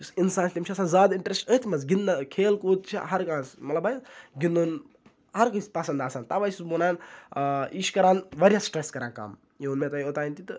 یُس اِنسان تٔمِس چھِ آسان زیادٕ اِنٹرٛسٹہٕ أتھۍ منٛز گِنٛدنہٕ کھیل کوٗد چھِ ہرکانٛہہ حظ مطلبہٕ گِنٛدُن ہرکٲنٛسہِ پَسنٛد آسان تَوَے چھِ سُہ وَنان یہِ چھِ کَران واریاہ سٹرٛٮ۪س کَران کَم یہِ ووٚن مےٚ تۄہہِ اوٚتانۍ تہِ تہٕ